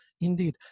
indeed